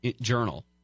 journal